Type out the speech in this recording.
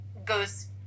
goes